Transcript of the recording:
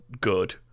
good